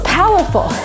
powerful